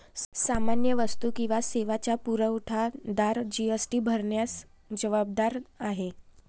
सामान्य वस्तू किंवा सेवांचा पुरवठादार जी.एस.टी भरण्यास जबाबदार आहे